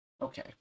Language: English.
Okay